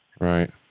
Right